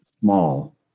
small